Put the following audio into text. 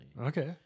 Okay